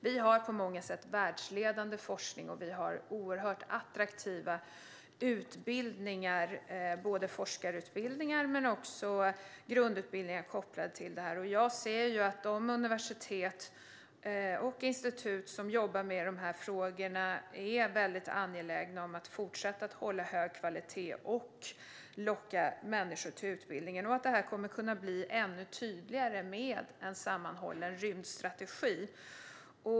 Vi har på många sätt en världsledande forskning och oerhört attraktiva utbildningar. Det gäller både forskarutbildningar och grundutbildningar på området. De universitet och institut som jobbar med dessa frågor är väldigt angelägna om att fortsätta hålla hög kvalitet och locka människor till utbildningar. Det kan bli ännu tydligare med en sammanhållen rymdstrategi.